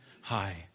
high